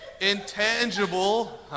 intangible